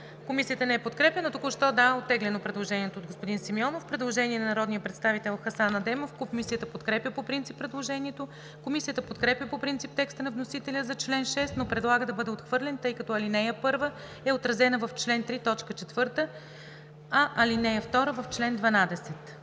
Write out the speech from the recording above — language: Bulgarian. Комисията не го подкрепя, но току-що е оттеглено предложението от господин Симеонов. Предложение на народния представител Хасан Адемов. Комисията подкрепя по принцип предложението. Комисията подкрепя по принцип текста на вносителя за чл. 6, но предлага да бъде отхвърлен, тъй като ал. 1 е отразена в чл. 3, т. 4, а ал. 2 – в чл. 12.